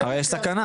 הרי יש סכנה.